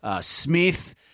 Smith